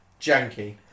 janky